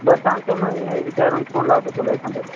बर सांगतो मग हे विचारून फोन लावतो तुला एकंदर